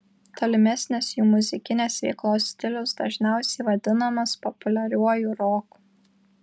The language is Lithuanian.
tolimesnės jų muzikinės veiklos stilius dažniausiai vadinamas populiariuoju roku